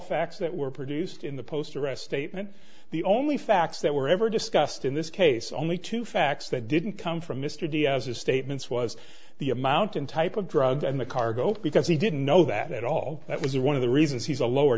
facts that were produced in the post arrest statement the only facts that were ever discussed in this case only two facts that didn't come from mr diaz his statements was the amount and type of drugs and the cargo because he didn't know that at all that was one of the reasons he's a lower